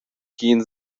gehen